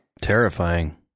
Terrifying